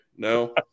No